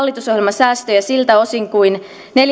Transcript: säästöjä siltä osin kuin neljän miljardin euron